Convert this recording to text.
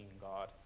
God